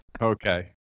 Okay